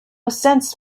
sense